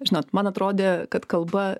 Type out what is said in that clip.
žinot man atrodė kad kalba